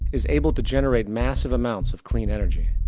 is able to generate massive amounts of clean energy.